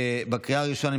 לקריאה הראשונה.